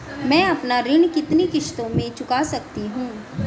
मैं अपना ऋण कितनी किश्तों में चुका सकती हूँ?